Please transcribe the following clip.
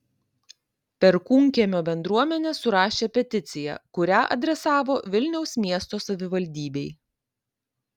perkūnkiemio bendruomenė surašė peticiją kurią adresavo vilniaus miesto savivaldybei